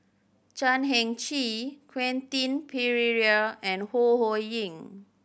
Chan Heng Chee Quentin Pereira and Ho Ho Ying